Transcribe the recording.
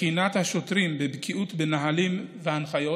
בחינת השוטרים בבקיאות בנהלים וההנחיות,